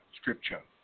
Scripture